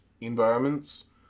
environments